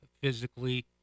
physically